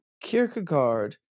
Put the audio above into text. Kierkegaard